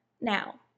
Now